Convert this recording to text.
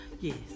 Yes